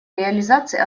реализации